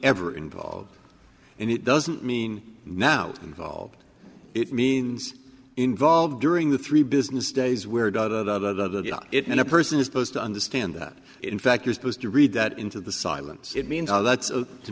ever involved and it doesn't mean now involved it means involved during the three business days where the it when a person is posed to understand that in fact you're supposed to read that into the silence it means to